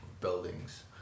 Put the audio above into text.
buildings